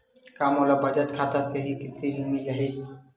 का मोला बचत खाता से ही कृषि ऋण मिल जाहि?